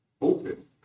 open